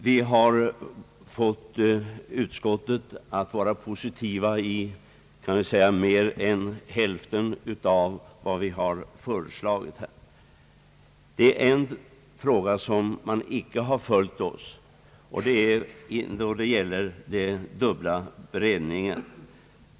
Vi har fått utskottet positivt till mer än hälften av vad vi föreslagit. Det är i en fråga som man icke har följt oss, nämligen beträffande den dubbla beredningen.